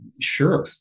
sure